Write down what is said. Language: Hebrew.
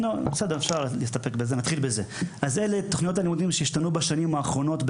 אלה הן תכניות הלימודים שהשתנו בשנים האחרונות,